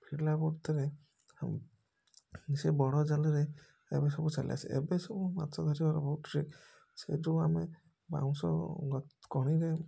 ଭିଡ଼ିଲା ମୁହୂର୍ତ୍ତରେ ଆଉ ସେ ବଡ଼ ଜାଲରେ ଏବେ ସବୁ ଏବେ ସବୁ ମାଛ ଧରିବାର ବହୁତ୍ ଟ୍ରିକ୍ ସେ ଯେଉଁ ଆମେ ବାଉଁଶ କଣିରେ